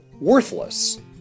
worthless